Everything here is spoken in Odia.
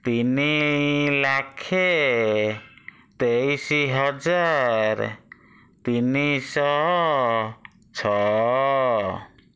ତିନି ଲକ୍ଷ ତେଇଶ ହଜାର ତିନିଶହ ଛଅ